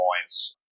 points